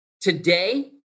Today